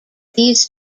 these